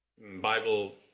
Bible